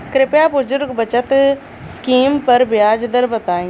कृपया बुजुर्ग बचत स्किम पर ब्याज दर बताई